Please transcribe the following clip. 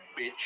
bitch